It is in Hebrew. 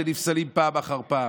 שנפסלים פעם אחר פעם.